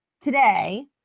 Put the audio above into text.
today